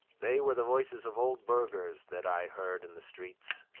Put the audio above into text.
they were the voices of old burghers that i heard in the streets.